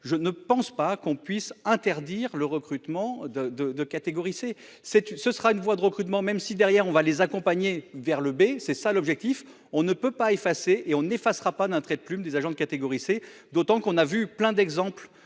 Je ne pense pas qu'on puisse interdire le recrutement de de de catégorie C cette, ce sera une voie de recrutement, même si derrière on va les accompagner vers le bé c'est ça l'objectif. On ne peut pas effacer et on n'effacera pas d'un trait de plume des agents de catégorie C, d'autant qu'on a vu plein d'exemples,